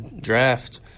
draft